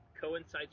coincides